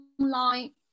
online